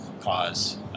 cause